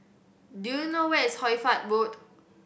do you know where is Hoy Fatt Road